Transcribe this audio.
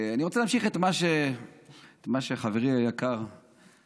אני רוצה להמשיך את מה שחברי היקר יושב-ראש